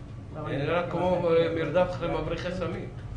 נראה כמו מרדף אחרי מבריחי סמים.